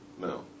No